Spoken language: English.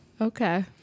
okay